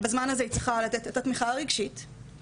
בזמן הזה היא צריכה לתת לה את התמיכה הרגשית שהיא זקוקה לה,